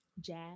Jazz